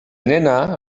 nena